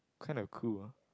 kind of cruel